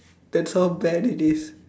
that's how bad it is